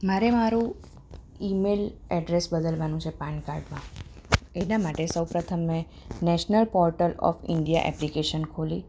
મારે મારું email address બદલવાનું છે પાનકાર્ડમાં એના માટે સૌપ્રથમ મેં national portal of India application ખોલી